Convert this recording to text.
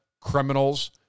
criminals